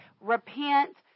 repent